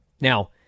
Now